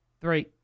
Three